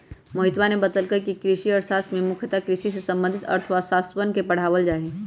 मोहितवा ने बतल कई कि कृषि अर्थशास्त्र में मुख्यतः कृषि से संबंधित अर्थशास्त्रवन के पढ़ावल जाहई